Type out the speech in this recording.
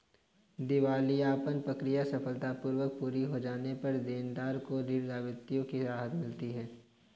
दिवालियापन प्रक्रिया सफलतापूर्वक पूरी हो जाने पर देनदार को ऋण दायित्वों से राहत मिलती है